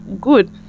Good